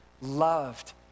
loved